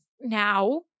now